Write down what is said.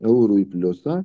eurų į pliusą